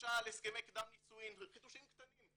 למשל הסכמי קדם נישואין, חידושים קטנים.